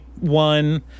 one